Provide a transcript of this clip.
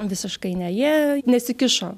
visiškai ne jie nesikišo